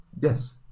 Yes